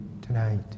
tonight